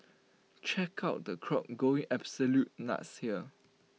check out the crowd going absolutely nuts here